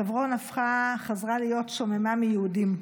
חברון חזרה להיות שוממה מיהודים.